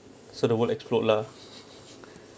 so the world explode lah